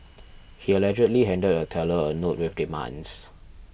he allegedly handed a teller a note with demands